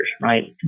right